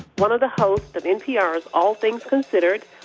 one of the host of npr's all things considered,